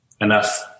enough